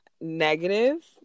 negative